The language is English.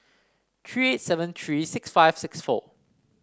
three seven three six five six four